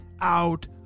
out